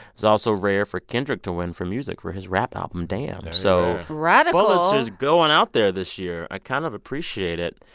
it's also rare for kendrick to win for music for his rap album damn. so. radical. pulitzer's going out there this year. i kind of appreciate it.